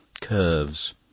Curves